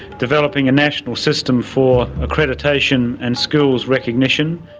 developing a national system for accreditation and skills recognition.